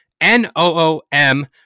N-O-O-M